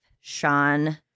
Sean